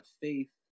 faith